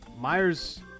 Myers